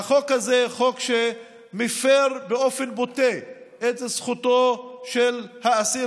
החוק הזה הוא חוק שמפר באופן בוטה את זכותו של האסיר